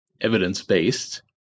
evidence-based